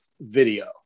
video